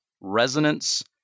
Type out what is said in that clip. resonance